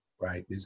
right